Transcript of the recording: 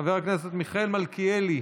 חבר הכנסת מיכאל מלכיאלי,